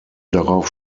darauf